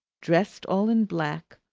dressed all in black,